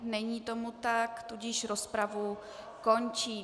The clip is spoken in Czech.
Není tomu tak, tudíž rozpravu končím.